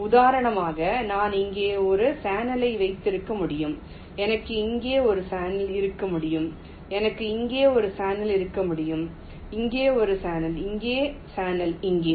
உதாரணமாக நான் இங்கே ஒரு சேனலை வைத்திருக்க முடியும் எனக்கு இங்கே ஒரு சேனல் இருக்க முடியும் எனக்கு இங்கே ஒரு சேனல் இருக்க முடியும் இங்கே ஒரு சேனல் ஒரு சேனல் இங்கே